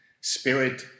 spirit